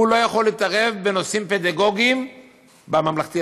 הוא לא יכול להתערב בנושאים פדגוגיים בממלכתי-דתי.